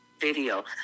video